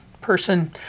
person